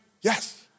yes